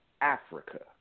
Africa